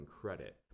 credit